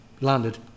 landed